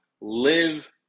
live